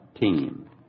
team